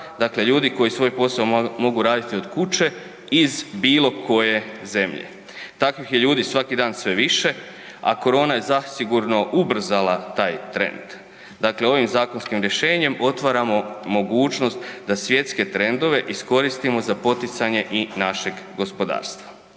dakle ljudi koji svoj posao mogu raditi od kuće iz bilo koje zemlje. Takvih je ljudi svaki dan sve više, a korona je zasigurno ubrzala taj trend. Dakle, ovim zakonskim rješenjem otvaramo mogućnost da svjetske trendove iskoristimo za poticanje i našeg gospodarstva.